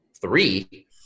three